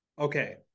okay